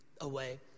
away